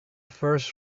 first